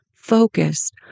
focused